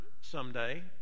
someday